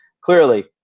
clearly